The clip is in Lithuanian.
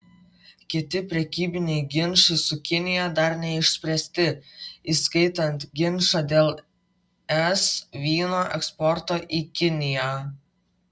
kiti prekybiniai ginčai su kinija dar neišspręsti įskaitant ginčą dėl es vyno eksporto į kiniją